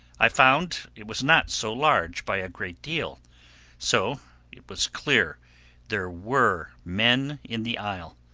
i found it was not so large by a great deal so it was clear there were men in the isle.